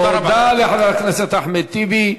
תודה לחבר הכנסת אחמד טיבי.